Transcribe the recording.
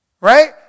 Right